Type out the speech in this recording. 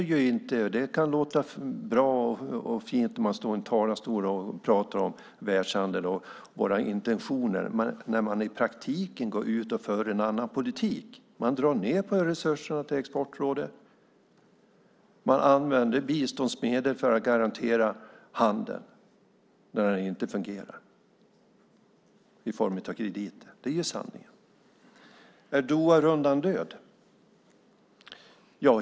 Det kan låta bra och fint när man står i en talarstol och talar om världshandel och våra intentioner. Men man går i praktiken ut och för en annan politik. Man drar ned på resurserna till Exportrådet. Man använder biståndsmedel för att garantera handeln när den inte fungerar i form av krediter. Det är sanningen. Är Doharundan död?